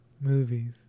movies